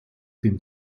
dem